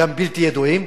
גם בלתי ידועים,